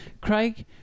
Craig